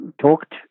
talked